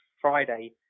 Friday